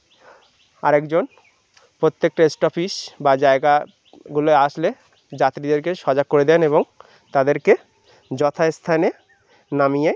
আর একজন প্রত্যেকটা স্টপেজ বা জায়গাগুলোয় আসলে যাত্রীদেরকে সজাগ করে দেন এবং তাদেরকে যথাস্থানে নামিয়ে